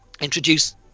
introduce